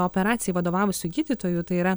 operacijai vadovavusių gydytojų tai yra